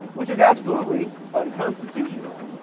which is absolutely unconstitutional.